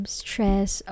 stress